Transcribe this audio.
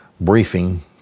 briefing